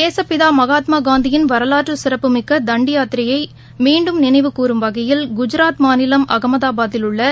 தேசப்பிதா மகாத்மா காந்தியின் வரவாற்று சிறப்புமிக்க தண்டி யாத்திரையை மீண்டும் நினைவுகூறும் வகையில் குஜராத் மாநிலம் அகமதாபாத்தில் உள்ள